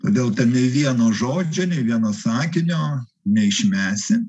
todėl ten nei vieno žodžio nė vieno sakinio neišmesi